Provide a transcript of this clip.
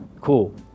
Cool